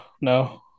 No